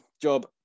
job